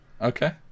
okay